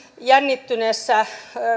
jännittyneessä